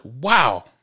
wow